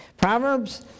Proverbs